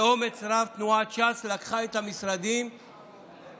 באומץ רב תנועת ש"ס לקחה את המשרדים החברתיים.